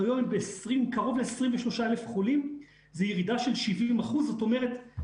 קרוב ל-23 אלף חולים, זו ירידה של 70%. זאת אומרת,